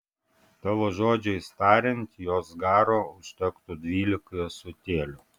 tavo žodžiais tariant jos garo užtektų dvylikai ąsotėlių